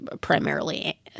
primarily